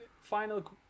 final